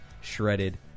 shredded